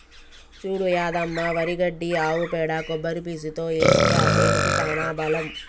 చూడు యాదమ్మ వరి గడ్డి ఆవు పేడ కొబ్బరి పీసుతో ఏస్తే ఆ సేనుకి సానా బలం